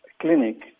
clinic